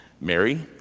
Mary